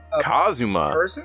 Kazuma